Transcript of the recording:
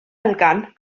elgan